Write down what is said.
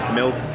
milk